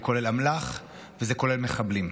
זה כולל אמל"ח וזה כולל מחבלים.